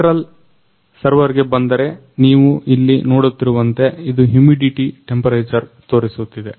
central ಸರ್ವರ್ಗೆ ಬಂದರೆ ನೀವು ಇಲ್ಲಿ ನೋಡುತ್ತಿರುವಂತೆ ಇದು ಹ್ಯುಮಿಡಿಟಿ ಟೆಂಪರೇಚರ್ ತೋರಿಸುತ್ತಿದೆ